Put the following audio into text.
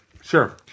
sure